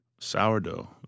Sourdough